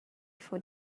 for